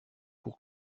pour